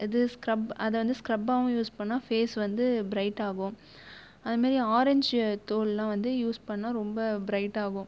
இது ஸ்கரப் அதை வந்து ஸ்கரப்பாகவும் யூஸ் பண்ணால் ஃபேஸ் வந்து பிரைட் ஆகும் அதுமாரி ஆரஞ்சு தோலெல்லாம் வந்து யூஸ் பண்ணால் ரொம்ப பிரைட் ஆகும்